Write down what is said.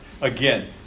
Again